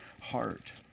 heart